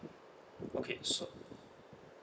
okay so